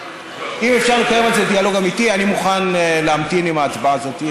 אם אפשר לקיים על זה דיאלוג אמיתי אני מוכן להמתין עם ההצבעה הזאת,